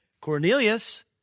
Cornelius